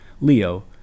Leo